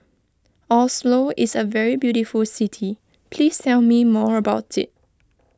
Oslo is a very beautiful city please tell me more about it